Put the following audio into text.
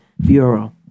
bureau